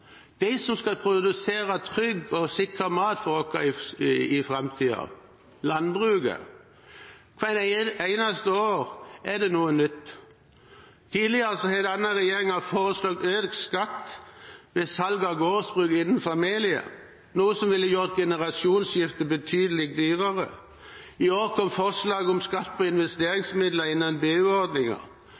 de som skal produsere trygg og sikker mat for oss i framtiden – landbruket. Hvert eneste år er det noe nytt. Tidligere har denne regjeringen foreslått økt skatt ved salg av gårdsbruk innen familien, noe som ville gjort generasjonsskiftet betydelig dyrere. I år kom forslaget om skatt på investeringsmidler